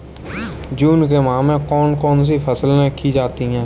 जून के माह में कौन कौन सी फसलें की जाती हैं?